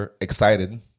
excited